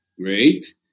Great